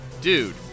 dude